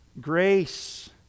Grace